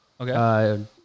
Okay